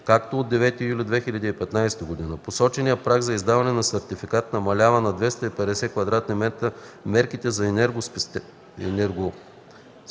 като от 9 юли 2015 г. посоченият праг за издаване на сертификат намалява на 250 м2. Мерките за енергоспестяване,